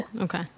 Okay